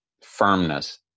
firmness